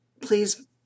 please